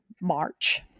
March